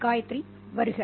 காயத்ரி வருக